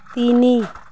ତିନି